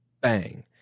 bang